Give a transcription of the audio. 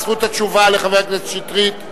זכות התשובה לחבר הכנסת שטרית.